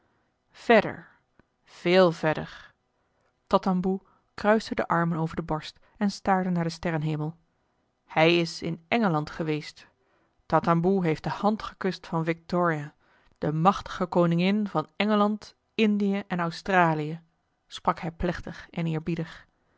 verder veel verder tatamboe kruiste de armen over de borst en staarde naar den sterrenhemel hij is in engeland geweest tatamboe heeft de hand gekust van victoria de machtige koningin van engeland indië en australië sprak hij plechtig en